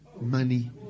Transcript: money